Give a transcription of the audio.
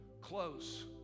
close